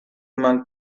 manque